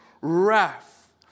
wrath